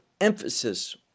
emphasis